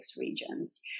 regions